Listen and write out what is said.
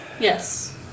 Yes